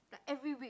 like every week